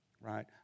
right